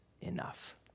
enough